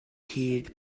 hid